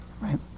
right